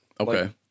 okay